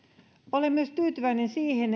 olen tyytyväinen myös siihen